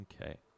okay